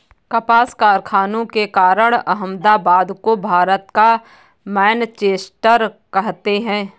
कपास कारखानों के कारण अहमदाबाद को भारत का मैनचेस्टर कहते हैं